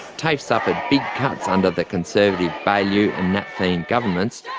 tafe suffered big cuts under the conservative baillieu and napthine governments,